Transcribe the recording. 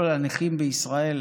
כל הנכים בישראל,